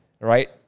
Right